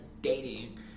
dating